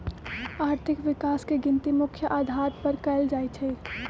आर्थिक विकास के गिनती मुख्य अधार पर कएल जाइ छइ